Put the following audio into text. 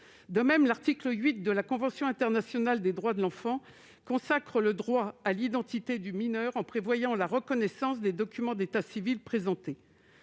De même, l'article 8 de la Convention internationale des droits de l'enfant consacre le droit à l'identité du mineur en prévoyant la reconnaissance des documents d'état civil présentés.